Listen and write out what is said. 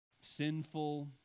sinful